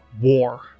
War